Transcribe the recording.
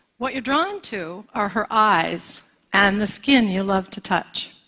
what you're drawn to are her eyes and the skin you love to touch.